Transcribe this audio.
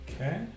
Okay